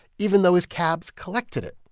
even though his cabs collected it.